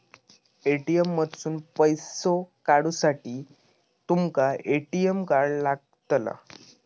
ATM मधसून पैसो काढूसाठी तुमका ए.टी.एम कार्ड लागतला